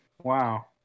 Wow